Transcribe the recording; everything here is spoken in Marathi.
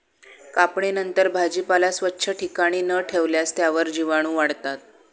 कापणीनंतर भाजीपाला स्वच्छ ठिकाणी न ठेवल्यास त्यावर जीवाणूवाढतात